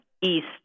East